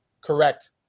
correct